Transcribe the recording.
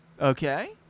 Okay